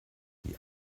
die